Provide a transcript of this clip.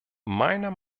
meiner